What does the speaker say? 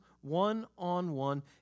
one-on-one